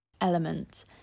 element